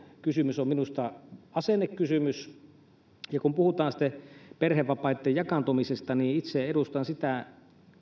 kysymys on minusta asennekysymys kun puhutaan sitten perhevapaitten jakaantumisesta niin itse edustan sitä